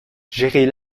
gérer